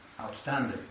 outstanding